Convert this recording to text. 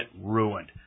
ruined